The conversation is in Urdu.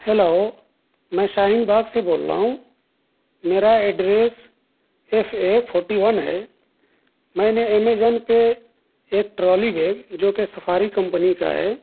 ہیلو میں شاہین باغ سے بول رہا ہوں میرا address F A forty one ہے میں نے امیزون پہ ایک ٹرالی بیگ جو کہ سفاری کمپنی کا ہے